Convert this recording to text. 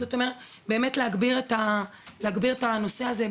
זאת אומרת באמת להגביר את הנושא הזה.